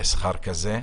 שכר כזה.